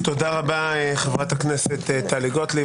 תודה רבה, חברת הכנסת טלי גוטליב.